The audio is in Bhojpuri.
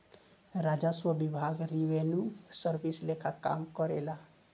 राजस्व विभाग रिवेन्यू सर्विस लेखा काम करेला